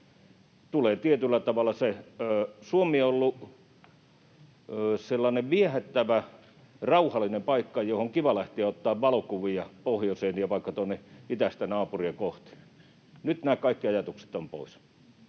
Suomi on ollut sellainen viehättävä, rauhallinen paikka, johon on kiva lähteä ottamaan valokuvia pohjoiseen ja vaikka tuonne itäistä naapuria kohti — nyt nämä kaikki ajatukset ovat pois.